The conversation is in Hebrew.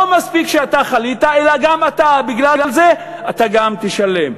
לא מספיק שאתה חלית אלא בגלל זה אתה גם תשלם.